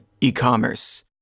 e-commerce